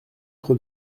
trop